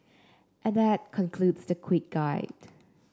and that concludes the quick guide